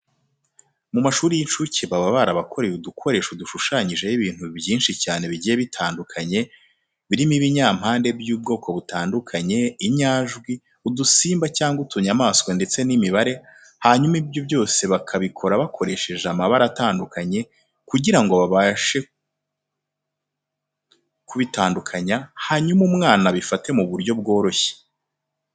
Mu mashuri y'incuke baba barabakoreye udukoresho dushushanyijeho ibintu byinshi cyane bigiye bitandukanye, birimo ibinyampande by'ubwoko butandandukanye, inyajwi, udusimba cyangwa utunyamaswa ndetse n'imibare, hanyuma ibyo byose bakabikora bakoresheje amabara atandukanye kugira ngo babashe kubitandakanya, hanyuma umwana abifate mu buryo bworoshye.